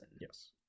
Yes